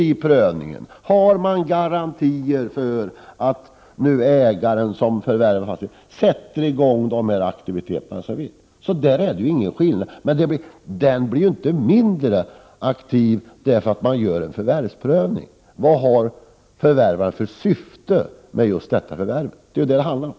I prövningen söker man garantier för att den som förvärvar fastigheten sätter i gång aktiviteter. Aktiviteten blir inte mindre därför att man gör en förvärvsprövning. Vad det handlar om är ju att undersöka vad köparen har för syfte med förvärvet.